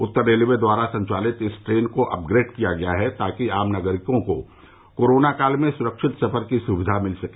उत्तर railway द्वारा संचालित इस ट्रेन को अपग्रेड किया गया है ताकि आम नागरिकों को कोरोना काल में सुरक्षित सफर की सुविधा मिल सके